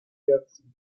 jersey